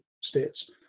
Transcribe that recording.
States